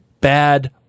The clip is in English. bad